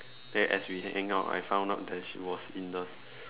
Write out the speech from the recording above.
then as we hang out I found out that she was in the